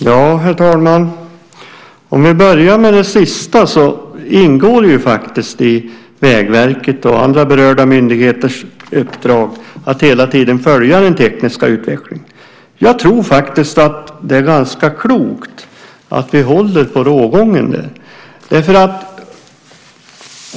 Herr talman! Om vi börjar med det sista så ingår det i Vägverkets och andra berörda myndigheters uppdrag att hela tiden följa den tekniska utvecklingen. Jag tror faktiskt att det är ganska klokt att hålla på rågången.